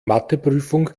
matheprüfung